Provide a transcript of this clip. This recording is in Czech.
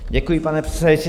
Děkuji, pane předsedající.